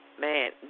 Man